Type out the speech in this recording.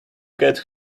get